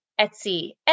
Etsy